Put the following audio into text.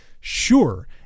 sure